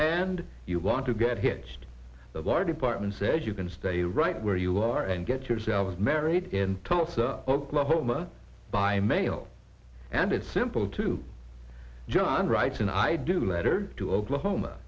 and you want to get hitched our department says you can stay right where you are and get yourselves married in tulsa oklahoma by mail and it's simple to john right and i do letter to oklahoma